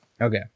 Okay